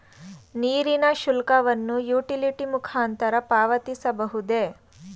ನೀರಿನ ಶುಲ್ಕವನ್ನು ಯುಟಿಲಿಟಿ ಮುಖಾಂತರ ಪಾವತಿಸಬಹುದೇ?